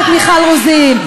גברת מיכל רוזין.